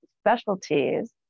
specialties